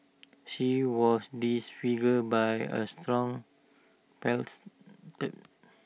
she was disfigured by A stone pestle